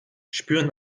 spüren